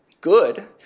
good